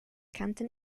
canton